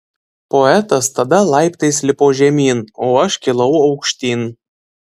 poetas tada laiptais lipo žemyn o aš kilau aukštyn